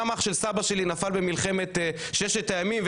גם אח של סבא שלי נפל במלחמת ששת הימים,